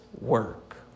work